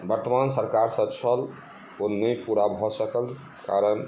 वर्तमान सरकारसँ छल ओ नहि पूरा भऽ सकल कारण